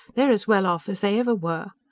they're as well off as they ever were.